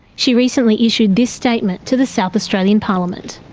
she recently issued this statement to the south australian parliament.